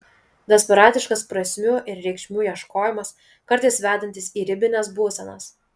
desperatiškas prasmių ir reikšmių ieškojimas kartais vedantis į ribines būsenas